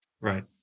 Right